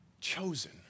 Chosen